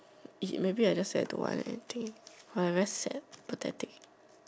eat maybe I just say I don't want anything !wah! I very sad pathetic